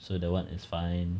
so the what is fine